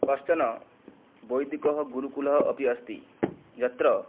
कश्चन वैदिकः गुरुकुलः अपि अस्ति यत्र